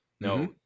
No